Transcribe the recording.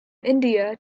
india